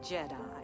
Jedi